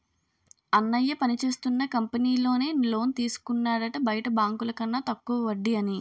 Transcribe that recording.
అన్నయ్య పనిచేస్తున్న కంపెనీలో నే లోన్ తీసుకున్నాడట బయట బాంకుల కన్న తక్కువ వడ్డీ అని